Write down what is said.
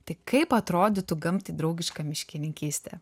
tai kaip atrodytų gamtai draugiška miškininkystė